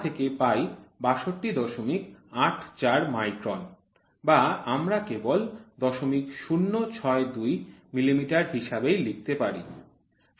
যা থেকে পাই ৬২৮৪ মাইক্রন বা আমরা কেবল ০০৬২ মিলিমিটার হিসেবেই লিখতে পারি